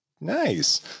Nice